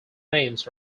names